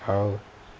oh